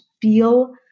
feel